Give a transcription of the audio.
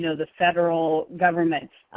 you know the federal government.